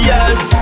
Yes